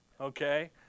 okay